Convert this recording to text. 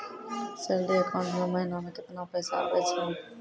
Salary account मे महिना मे केतना पैसा आवै छौन?